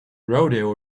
rodeo